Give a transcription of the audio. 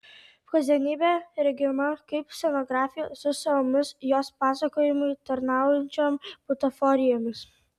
kasdienybė regima kaip scenografija su savomis jos pasakojimui tarnaujančiom butaforijomis